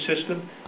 system